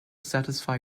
satisfy